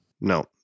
No